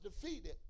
defeated